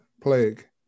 plague